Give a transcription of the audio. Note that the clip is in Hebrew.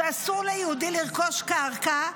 שאסור ליהודי לרכוש קרקע,